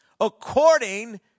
according